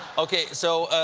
okay. so,